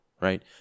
right